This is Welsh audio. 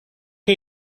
chi